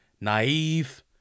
naive